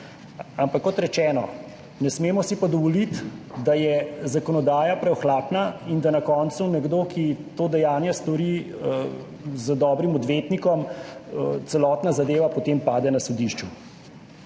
Ampak kot rečeno, ne smemo si pa dovoliti, da je zakonodaja preohlapna in da na koncu nekdo, ki to dejanje stori, z dobrim odvetnikom celotna zadeva potem pade na sodišču.